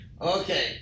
Okay